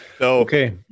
Okay